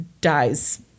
dies